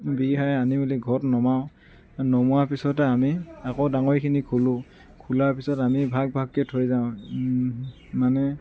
বিৰীহাৰে আনি মেলি ঘৰত নমাওঁ নমোৱাৰ পিছতে আমি আকৌ ডাঙৰিখিনি খোলোঁ খোলাৰ পিছত আমি ভাগ ভাগকৈ থৈ যাওঁ মানে